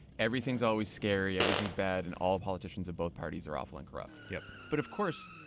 everything's always scary, everything's bad, and all politicians of both parties are awful and corrupt. yeah but of course,